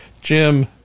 Jim